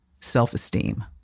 self-esteem